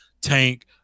tank